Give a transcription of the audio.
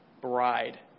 bride